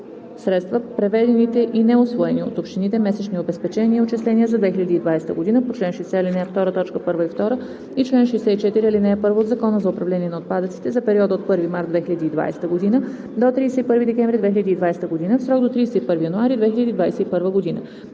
средства преведените и неусвоени от общините месечни обезпечения и отчисления за 2020 г. по чл. 60, ал. 2, т. 1 и 2 и чл. 64, ал. 1 от Закона за управление на отпадъците за периода от 1 март 2020 г. до 31 декември 2020 г. в срок до 31 януари 2021 г.